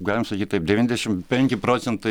galim sakyt taip devyniasdešimt penki procentai